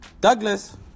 Douglas